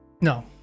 No